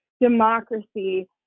democracy